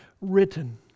written